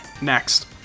Next